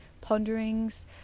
ponderings